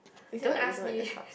is it like this in the cup